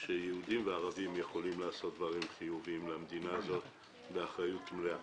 שיהודים וערבים יכולים לעשות דברים חיוביים למדינה הזאת באחריות מלאה.